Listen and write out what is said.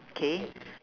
K